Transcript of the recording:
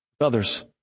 others